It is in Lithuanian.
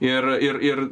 ir ir ir